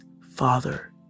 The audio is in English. Father